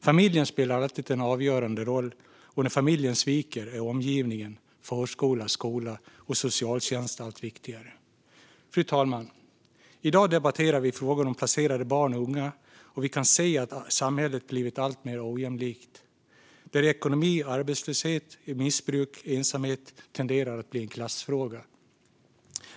Familjen spelar alltid en avgörande roll, och när familjen sviker blir omgivningen, förskola, skola och socialtjänst allt viktigare. Fru talman! I dag debatterar vi frågor om placerade barn och unga. Vi kan se att samhället blivit alltmer ojämlikt. Ekonomi, arbetslöshet, missbruk och ensamhet tenderar att bli en klassfråga.